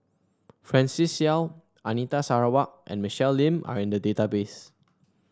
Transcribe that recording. Francis Seow Anita Sarawak and Michelle Lim are in the database